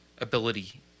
ability